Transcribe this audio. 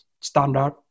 standard